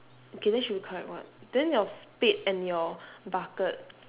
okay then should be correct [what] then your spade and your bucket